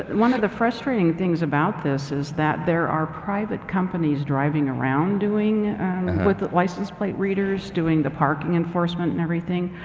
and one of the frustrating things about this is that there are private companies driving around doing with license plate readers doing the parking enforcement and everything.